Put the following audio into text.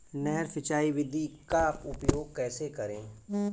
नहर सिंचाई विधि का उपयोग कैसे करें?